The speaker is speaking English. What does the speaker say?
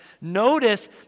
Notice